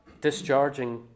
Discharging